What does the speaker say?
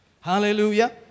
Hallelujah